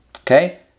okay